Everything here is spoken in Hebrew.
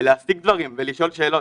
ולהשיג דברים ולשאול שאלות,